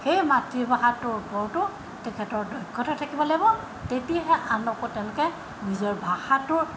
সেই মাতৃভাষাটোৰ ওপৰতো তেখেতৰ দক্ষতা থাকিব লাগিব তেতিয়াহে আনকো তেওঁলোকে নিজৰ ভাষাটোৰ